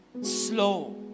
slow